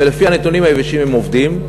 ולפי הנתונים היבשים הם עובדים,